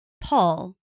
Paul